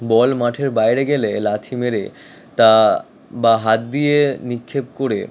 বল মাঠের বাইরে গেলে লাথি মেরে তা বা হাত দিয়ে নিক্ষেপ করে